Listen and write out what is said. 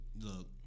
Look